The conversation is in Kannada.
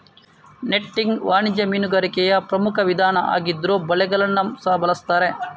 ನೆಟ್ಟಿಂಗ್ ವಾಣಿಜ್ಯ ಮೀನುಗಾರಿಕೆಯ ಪ್ರಮುಖ ವಿಧಾನ ಆಗಿದ್ರೂ ಬಲೆಗಳನ್ನ ಸಹ ಬಳಸ್ತಾರೆ